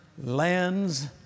lands